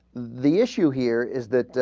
the issue here is that ah.